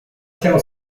się